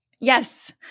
Yes